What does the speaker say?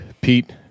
Pete